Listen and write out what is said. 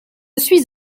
suis